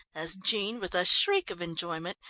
as jean, with a shriek of enjoyment,